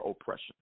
oppression